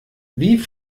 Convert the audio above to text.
wie